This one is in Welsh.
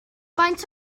faint